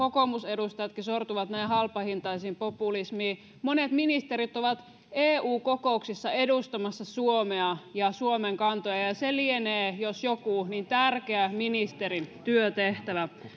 kokoomusedustajatkin sortuvat näin halpahintaiseen populismiin monet ministerit ovat eu kokouksissa edustamassa suomea ja suomen kantoja ja se jos joku lienee tärkeä ministerin työtehtävä